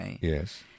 yes